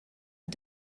ond